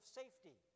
safety